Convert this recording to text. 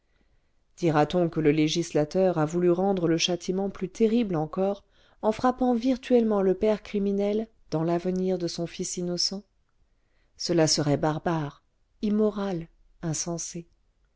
dira-t-on que le législateur a voulu rendre le châtiment plus terrible encore en frappant virtuellement le père criminel dans l'avenir de son fils innocent cela serait barbare immoral insensé